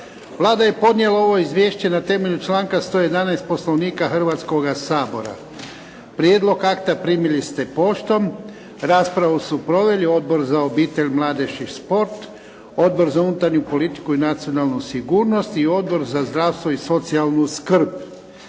Vlada je podnijela ovo izvješće na temelju članka 111. Poslovnika Hrvatskoga sabora. Prijedlog akta primili ste poštom. Raspravu su proveli Odbor za obitelj, mladež i šport, Odbor za unutarnju politiku i nacionalnu sigurnost i Odbor za zdravstvo i socijalnu skrb.